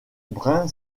brun